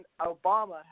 Obama